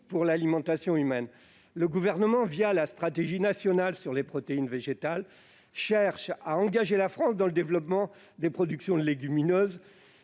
pour l'alimentation humaine. Le Gouvernement, la stratégie nationale sur les protéines végétales, cherche à engager la France dans le développement de productions légumineuses-